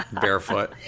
barefoot